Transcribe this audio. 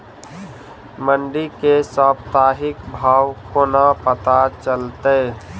मंडी केँ साप्ताहिक भाव कोना पत्ता चलतै?